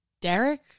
Derek